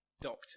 Doctor